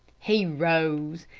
he rose,